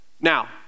Now